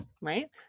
Right